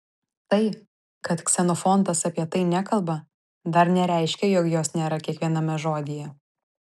tai kad ksenofontas apie tai nekalba dar nereiškia jog jos nėra kiekviename žodyje